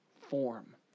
form